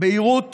בהירות